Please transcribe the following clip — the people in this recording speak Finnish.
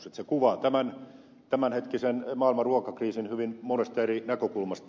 se kuvaa tämänhetkisen maailman ruokakriisin hyvin monesta eri näkökulmasta